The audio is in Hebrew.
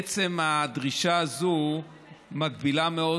עצם הדרישה הזאת מגבילה מאוד,